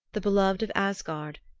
the beloved of asgard,